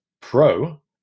Pro